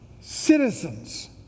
citizens